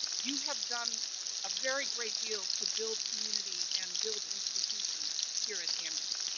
you have done a very great deal to build community and build institutions here at amherst.